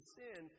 sin